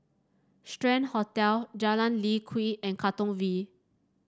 Strand Hotel Jalan Lye Kwee and Katong V